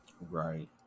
right